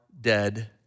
dead